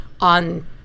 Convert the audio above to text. on